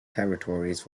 territories